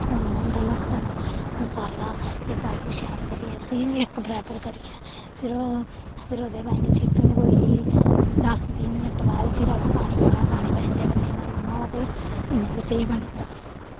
थोम होंदा ल्हस्सन मसाला एह् पाइयै शैल करियै उस्सी इक बराबर करियै फिर ओह् फिर ओह्दे बाद चिकन कोई दस बीह् मैंट बाद फिर अगर पानी पाना हो पानी पाई ओड़दे अगर नेईं पाना हो ते इ'यां बी स्हेई बनी जंदा